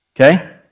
Okay